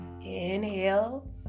inhale